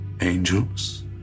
Angels